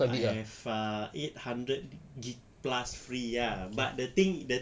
I have ah eight hundred gig plus free ya but the thing